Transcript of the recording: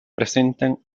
presentan